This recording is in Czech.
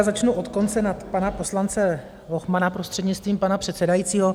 Začnu od konce na pana poslance Lochmana, prostřednictvím pana předsedajícího.